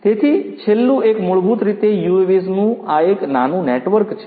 તેથી છેલ્લું એક મૂળભૂત રીતે UAVs નું એક નાનું નેટવર્ક છે